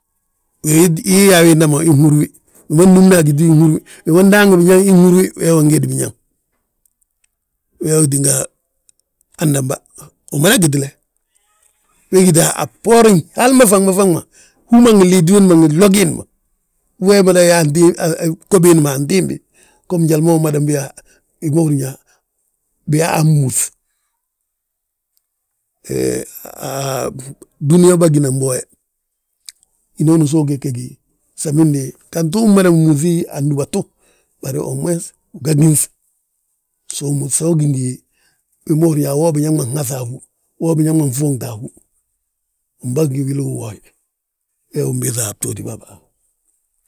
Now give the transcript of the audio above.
Wi yaa winda ma inhúri wi, wi ma nnúmni agiti inhúri wi, wi ma ndaangi biñaŋ inhúri wi, wee wi ungédi biñaŋ. Wee wi tínga handamba, umada gitile, we gíte a bboorin hali ma faŋ ma, faŋ ma, hú ma ngi liiti wiindi ma ngi glo giindi ma, we fana yaanti bgo biindi ma antimbi gom njali ma umadan bi yaa hí ma húrin yaa, biyaa aa mmúf. He a dúniyaa bâginan bo we, hinooni so ugegegi samindi, gantu ummada múŧi andúbatu, bari homoyes, uga gínŧ. So ugí ngi yaa wo biñaŋ ma nhaŧa a hú, wo biñaŋ ma nfuuŋte a hú, wi baa ggí wili uwooye, we mbiiŧa a btooti ma